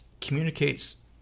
communicates